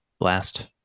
last